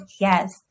Yes